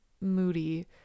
moody